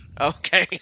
Okay